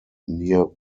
near